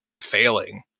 failing